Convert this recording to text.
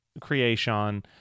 Creation